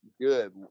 good